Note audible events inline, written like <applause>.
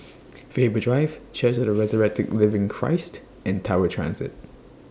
<noise> Faber Drive Church of The Resurrected Living Christ and Tower Transit